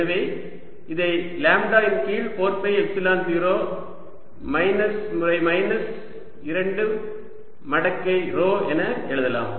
எனவே இதை லாம்ப்டா இன் கீழ் 4 பை எப்சிலன் 0 மைனஸ் முறை மைனஸ் 2 மடக்கை ρ என எழுதலாம்